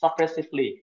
suppressively